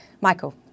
Michael